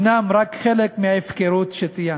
הם רק חלק מההפקרות שציינתי,